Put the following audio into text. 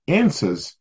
answers